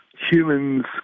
humans